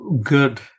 good